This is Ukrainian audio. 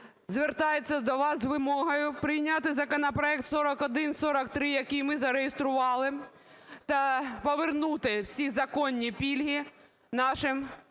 звертається до вас з вимогою прийняти законопроект 4143, який ми зареєстрували, та повернути всі законні пільги нашим